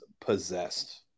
possessed